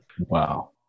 Wow